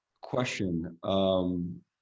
question